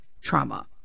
trauma